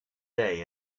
day